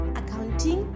accounting